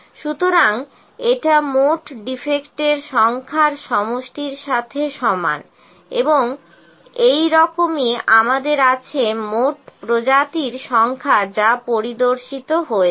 সুতরাং এটা মোট ডিফেক্টের সংখ্যার সমষ্টির সাথে সমান এবং এইরকমই আমাদের আছে মোট প্রজাতির সংখ্যা যা পরিদর্শিত হয়েছে